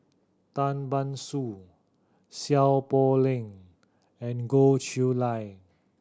Tan Ban Soon Seow Poh Leng and Goh Chiew Lye